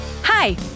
hi